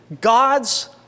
God's